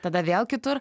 tada vėl kitur